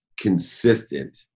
consistent